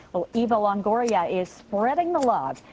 ah eva longoria is spreading the love.